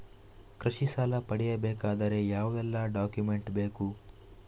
ಕೃಷಿ ಸಾಲ ಪಡೆಯಬೇಕಾದರೆ ಯಾವೆಲ್ಲ ಡಾಕ್ಯುಮೆಂಟ್ ಬೇಕು?